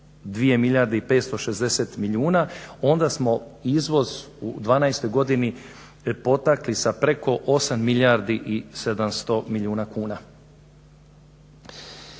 2 milijarde i 560 milijuna onda smo izvoz u dvanaestoj godini potakli sa preko 8 milijardi i 700 milijuna kuna.